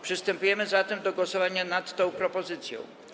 Przystępujemy do głosowania nad tą propozycją.